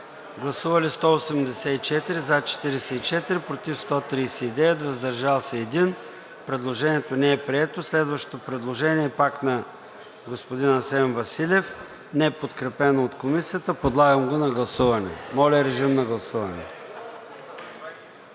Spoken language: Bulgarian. представители: за 44, против 139, въздържал се 1. Предложението не е прието. Следващото предложение, пак на господин Асен Василев, не е подкрепено от Комисията. Подлагам го на гласуване. Гласували